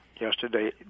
yesterday